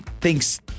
thinks